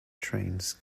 trains